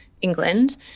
England